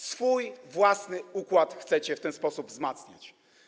Swój własny układ chcecie w ten sposób wzmacniać.